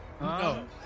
No